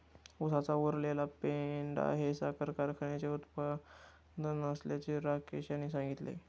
उसाचा उरलेला पेंढा हे साखर कारखान्याचे उपउत्पादन असल्याचे राकेश यांनी सांगितले